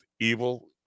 evil